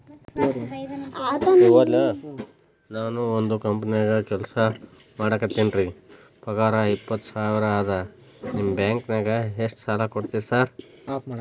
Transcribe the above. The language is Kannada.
ನಾನ ಒಂದ್ ಕಂಪನ್ಯಾಗ ಕೆಲ್ಸ ಮಾಡಾಕತೇನಿರಿ ಪಗಾರ ಇಪ್ಪತ್ತ ಸಾವಿರ ಅದಾ ನಿಮ್ಮ ಬ್ಯಾಂಕಿನಾಗ ಎಷ್ಟ ಸಾಲ ಕೊಡ್ತೇರಿ ಸಾರ್?